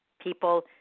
People